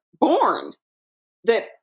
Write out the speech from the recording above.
born—that